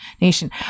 nation